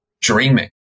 dreaming